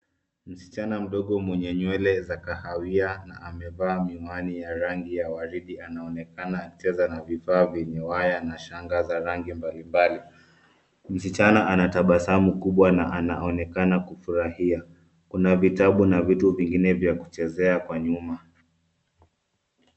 Msichana mdogo mwenye nywele za kahawia na amevaa miwani ya rangi ya waridi, anaonekana akicheza na vifaa vyenye waya na shanga za rangi mbalimbali. Msichana ana tabasamu kubwa na anaonekana kufurahia. Kuna vitabu na vitu vingine vya kuchezea kwa nyuma.